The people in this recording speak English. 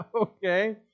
Okay